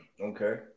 Okay